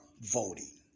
voting